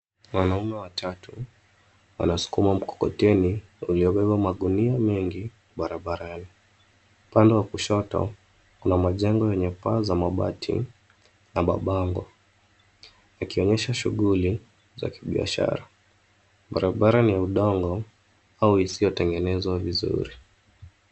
Wanaume watatu wanasukuma mkokoteni uliobeba magunia mengi barabarani. Upande wa kushoto kuna majengo yenye paa za mabati na mabango, yakionyesha shuguli za kibiashara. Barabara ni ya udongo, au isiyotengenezwa vizuri.